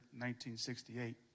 1968